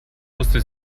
musste